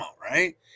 right